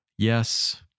Yes